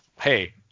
Hey